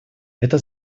это